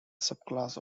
subclass